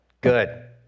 Good